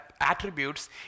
attributes